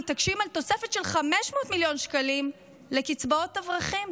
מתעקשים על תוספת של 500 מיליון שקלים לקצבאות אברכים.